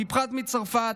בפרט מצרפת,